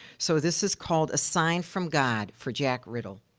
so, this is called, a sign from god, for jack ridl.